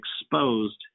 exposed